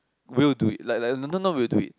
will do it like like not not will do it